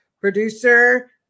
producer